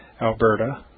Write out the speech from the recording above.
Alberta